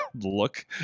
Look